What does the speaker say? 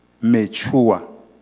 mature